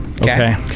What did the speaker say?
Okay